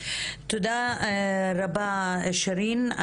תודה רבה שירין.